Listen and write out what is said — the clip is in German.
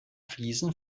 fliesen